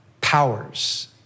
powers